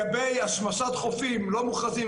לגבי השמשת חופים לא מוכרזים,